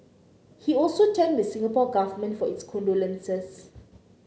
he also thanked the Singapore Government for its condolences